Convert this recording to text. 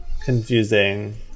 confusing